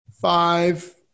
five